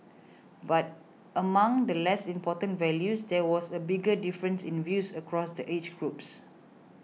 but among the less important values there was a bigger difference in views across the age groups